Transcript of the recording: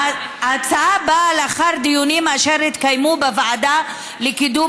ההצעה באה לאחר דיונים אשר התקיימו בוועדה לקידום